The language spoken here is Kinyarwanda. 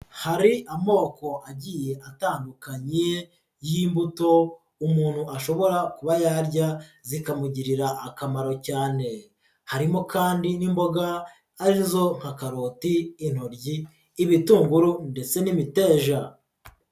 Hari amoko agiye atandukanye y'imbuto umuntu ashobora kuba yarya zikamugirira akamaro cyane. Harimo kandi n'imboga ari zo nka karoti, intoryi, ibitunguru ndetse n'imiteja.